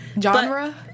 Genre